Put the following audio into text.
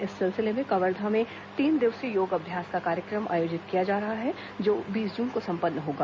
इस सिलसिले में कवर्धा में तीन दिवसीय योग अभ्यास का कार्यक्रम आयोजित किया जा रहा है जो बीस जून को संपन्न होगा